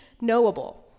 knowable